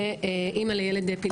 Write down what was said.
ואימא לילד אפילפטי.